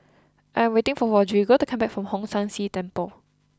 I am waiting for Rodrigo to come back from Hong San See Temple